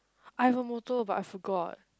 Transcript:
I have a motto but I forgot